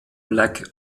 black